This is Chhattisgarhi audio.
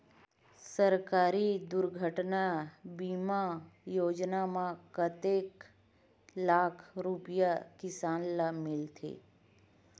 सहकारी दुर्घटना बीमा योजना म कतेक लाख रुपिया किसान ल मिलथे?